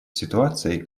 ситуацией